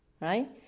right